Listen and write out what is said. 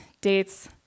dates